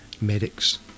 medics